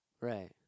right